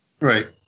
Right